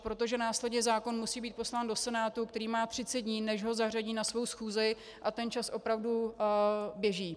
Protože následně zákon musí být poslán do Senátu, který má 30 dní, než ho zařadí na svou schůzi, a čas opravdu běží.